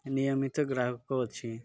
ନିୟମିତ ଗ୍ରାହକ ଅଛି